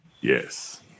Yes